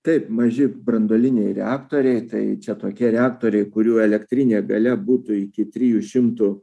taip maži branduoliniai reaktoriai tai čia tokie reaktoriai kurių elektrinė galia būtų iki trijų šimtų